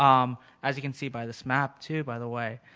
um as you can see by this map too by the way,